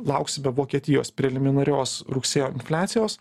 lauksime vokietijos preliminarios rugsėjo infliacijos